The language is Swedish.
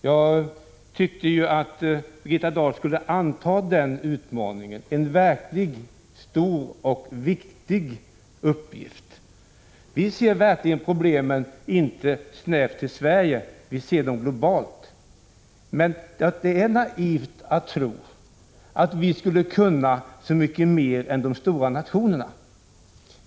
Jag tyckte ju att Birgitta Dahl borde anta den utmaningen, en verkligt stor och viktig uppgift. Vi ser verkligen problemen, inte snävt begränsade till Sverige, vi ser dem globalt. Men det är naivt att tro att vi skulle kunna så mycket mer än de stora nationerna.